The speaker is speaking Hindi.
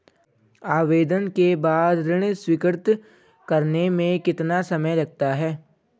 आवेदन के बाद ऋण स्वीकृत करने में कितना समय लगता है?